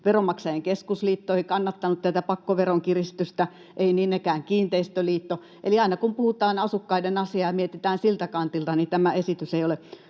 Veronmaksajain Keskusliitto ei kannattanut tätä pakkoveron kiristystä, ei niin ikään Kiinteistöliitto, eli aina, kun puhutaan asukkaiden asiasta ja mietitään siltä kantilta, tämä esitys ei ole